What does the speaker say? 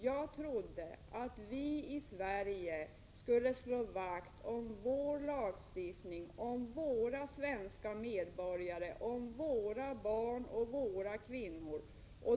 Jag trodde att vi skulle slå vakt om vår lagstiftning, våra svenska medborgare, våra barn och våra kvinnor.